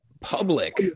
public